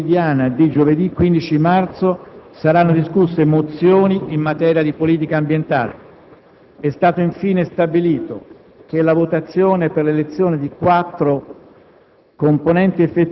Nella seduta antimeridiana di giovedì 15 marzo saranno discusse mozioni in materia di politica ambientale. È stato infine stabilito che la votazione per l'elezione di quattro